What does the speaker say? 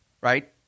right